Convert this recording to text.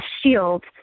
shield